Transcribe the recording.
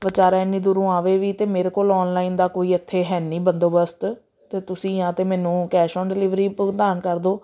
ਵਿਚਾਰਾ ਐਨੀ ਦੂਰੋਂ ਆਵੇ ਵੀ ਅਤੇ ਮੇਰੇ ਕੋਲ ਔਨਲਾਈਨ ਦਾ ਕੋਈ ਇੱਥੇ ਹੈ ਨਹੀਂ ਬੰਦੋਬਸਤ ਅਤੇ ਤੁਸੀਂ ਜਾਂ ਤਾਂ ਮੈਨੂੰ ਕੈਸ਼ ਔਨ ਡਿਲੀਵਰੀ ਭੁਗਤਾਨ ਕਰ ਦਿਓ